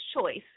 choice